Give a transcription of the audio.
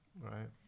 Right